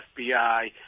FBI